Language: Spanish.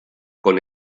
con